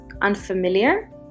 unfamiliar